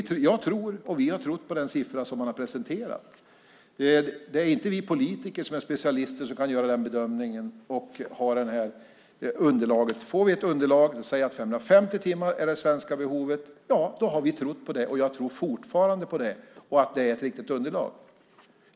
Jag tror och vi har trott på den siffra som har presenterats. Det är inte vi politiker som är specialister och kan göra den bedömningen. När vi har fått ett underlag som säger att 550 timmar är det svenska behovet har vi trott på det, och jag tror fortfarande på det och på att det är ett riktigt underlag.